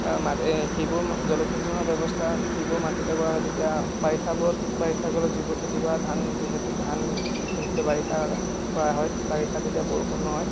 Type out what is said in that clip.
মা সেইবোৰ জলসিঞ্চন ব্যৱস্থা সেইবোৰ মাটিতে কৰা হয় যেতিয়া বাৰিষাবোৰত বাৰিষাকালত যিবোৰ খেতি কৰা ধান যিহেতু ধান বিশেষকৈ বাৰিষা কৰা হয় বাৰিষা যেতিয়া বৰষুণ নহয়